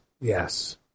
Yes